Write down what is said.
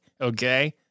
Okay